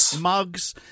mugs